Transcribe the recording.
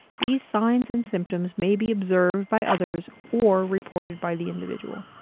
these signs and symptoms may be observed by others or reported by the individual.